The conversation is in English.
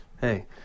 hey